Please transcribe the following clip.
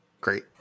great